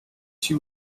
she